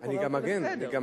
אתה לא קורא אותו לסדר.